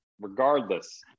regardless